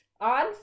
on